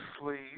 sleep